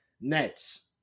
Nets